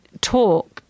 talk